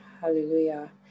hallelujah